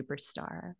Superstar